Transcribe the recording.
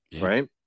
right